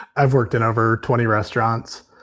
i've worked in over twenty restaurants.